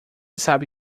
sabe